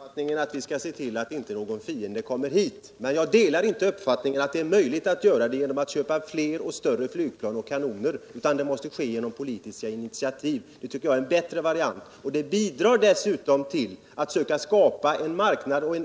Herr talman! Jag delar uppfattningen att vi skall se till att inte någon fiende kommer hit. Men jag delar inte uppfattningen att det är möjligt att göra det genom att köpa fler och större flygplan och kanoner, utan det måste ske genom politiska initiativ. Det tycker jag är en bättre variant. Det bidrar dessutom till att skapa